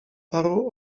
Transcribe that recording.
paru